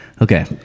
Okay